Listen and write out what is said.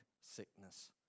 sickness